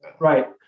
Right